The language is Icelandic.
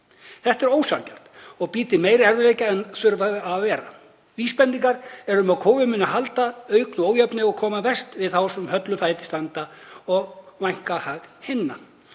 Þetta er ósanngjarnt og býr til meiri erfiðleika en þurfa að vera. Vísbendingar eru um að kófið muni heldur auka á ójöfnuð og koma verst við þá sem höllum fæti standa en vænka hag hinna.